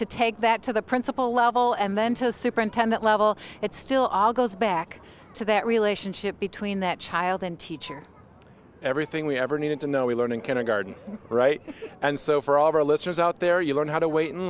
to take that to the principal level and then to the superintendent level it still all goes back to that relationship between that child and teacher everything we ever needed to know we learn in kindergarten right and so for all of our listeners out there you learn how to